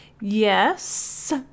yes